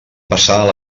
passar